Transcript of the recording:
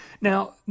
Now